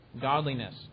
Godliness